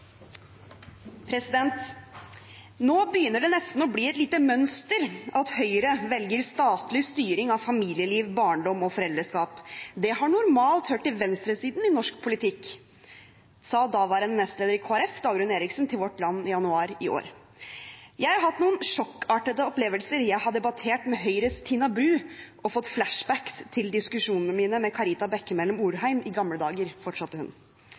begynner det nesten å bli et lite mønster at Høyre velger statlig styring av familieliv, barndom og foreldreskap. Den har normalt hørt til venstresiden i norsk politikk.» Hun sa også: «Jeg har hatt noen sjokkartede opplevelser. Jeg har debattert med Høyres Tina Bru og fått flashbacks til diskusjonene mine med Aps Karita Bekkemellem Orheim i gamle dager.»